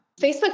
Facebook